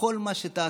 בכל מה שתעשה